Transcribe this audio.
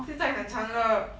现在很长了